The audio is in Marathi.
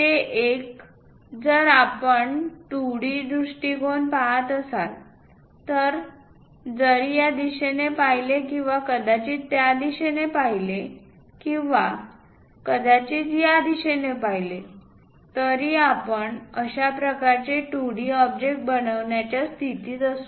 ते एक जर आपण 2D दृष्टीकोन पाहत असाल तर जरी या दिशेने पाहिले किंवा कदाचित त्या दिशेने पाहिले किंवा कदाचित या दिशेने पाहिले तरी आपण अशा प्रकारचे 2D ऑब्जेक्ट बनवण्याच्या स्थितीत असू